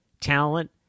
talent